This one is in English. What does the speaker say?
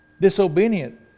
Disobedient